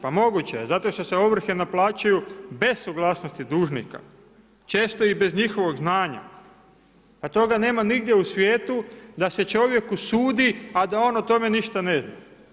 Pa moguće je zato što se ovrhe naplaćuju bez suglasnosti dužnika često i bez njihovog znanja pa toga nema nigdje u svijetu da se čovjeku sudi, a da on o tome ništa ne zna.